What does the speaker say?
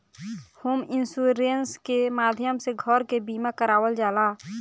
home insurance के माध्यम से घर के बीमा करावल जाला